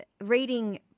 reading